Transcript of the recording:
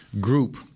group